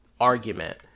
argument